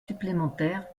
supplémentaires